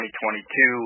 2022